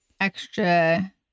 extra